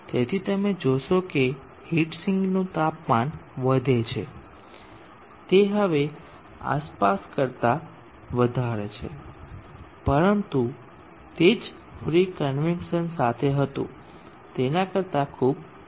તેથી તમે જોશો કે હીટ સિંકનું તાપમાન વધે છે તે હવે આસપાસ કરતા વધારે છે પરંતુ તે જે ફ્રી કન્વેક્સન સાથે હતું તેના કરતા ખૂબ ઓછું હશે